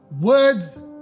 words